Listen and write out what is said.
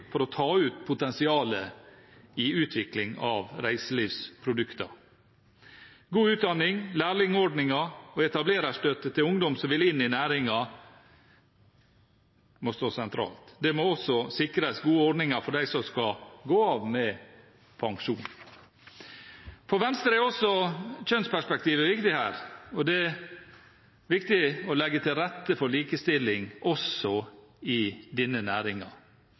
for å ta ut potensialet i utvikling av reiselivsprodukter. God utdanning, lærlingordninger og etablererstøtte til ungdom som vil inn i næringen, må stå sentralt. Det må også sikres gode ordninger for dem som skal gå av med pensjon. For Venstre er også kjønnsperspektivet viktig her. Det er viktig å legge til rette for likestilling også i denne